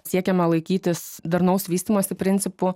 siekiama laikytis darnaus vystymosi principų